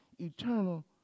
eternal